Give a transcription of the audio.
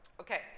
okay